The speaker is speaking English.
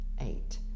eight